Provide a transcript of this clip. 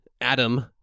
Adam